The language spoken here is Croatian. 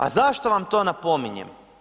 A zašto vam to napominjem?